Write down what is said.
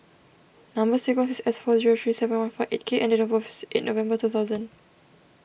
Number Sequence is S four zero three seven one five eight K and date of births in November two thousand